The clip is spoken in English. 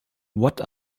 what